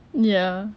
ya